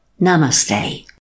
Namaste